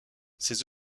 ses